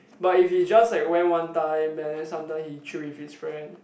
but if he just like went one time and then sometime he chill with his friend